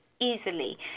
easily